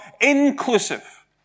inclusive